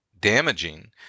damaging